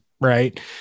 Right